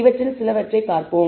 இவற்றில் சிலவற்றைப் பார்ப்போம்